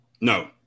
No